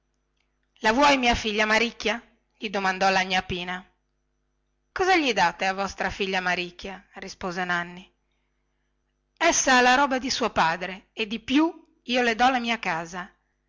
la vuoi mia figlia maricchia gli domandò la gnà pina cosa gli date a vostra figlia maricchia rispose nanni essa ha la roba di suo padre e dippiù io le do la mia casa